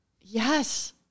Yes